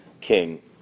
king